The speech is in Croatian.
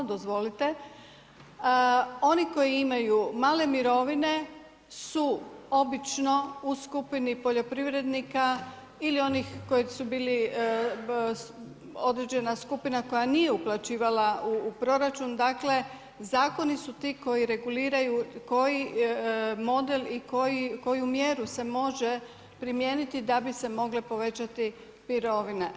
Oni koji imaju male mirovine su obično u skupini poljoprivrednika ili oni koji su bili određena skupina koja nije uplaćivala u proračun, dakle zakoni su koji reguliraju koji model i koju mjeru se može primijeniti da bi se mogle povećati mirovine.